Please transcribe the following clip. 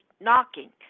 knocking